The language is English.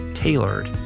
Tailored